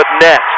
net